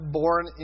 born